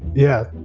yeah,